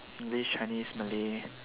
english chinese malay